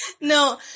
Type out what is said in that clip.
No